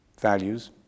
values